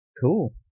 Cool